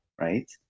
right